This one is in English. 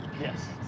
yes